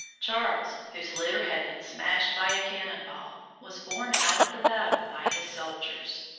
charles, whose litter had been smashed by a cannon-ball, was borne out of the battle by his soldiers.